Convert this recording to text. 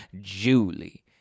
Julie